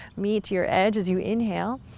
knee to your edge as you inhale,